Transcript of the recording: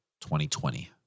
2020